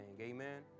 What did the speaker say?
amen